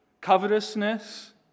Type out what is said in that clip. covetousness